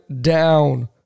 down